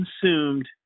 consumed